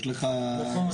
יש לך סלוגן.